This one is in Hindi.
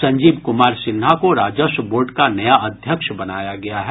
संजीव कुमार सिन्हा को राजस्व बोर्ड का नया अध्यक्ष बनाया गया है